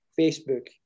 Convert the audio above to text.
Facebook